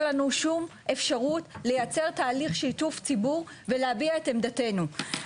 לנו שום אפשרות לייצר תהליך שיתוף ציבור ולהביע את עמדתנו.